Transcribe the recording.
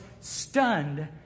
stunned